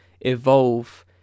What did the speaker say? evolve